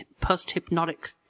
post-hypnotic